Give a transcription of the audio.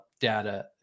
data